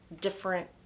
different